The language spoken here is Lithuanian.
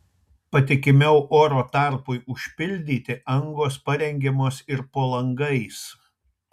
patikimiau oro tarpui užpildyti angos parengiamos ir po langais